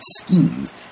schemes